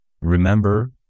Remember